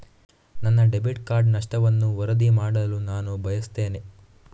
ನನ್ನ debit card ನಷ್ಟವನ್ನು ವರದಿ ಮಾಡಲು ನಾನು ಬಯಸ್ತೆನೆ